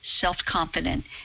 self-confident